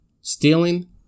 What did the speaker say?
stealing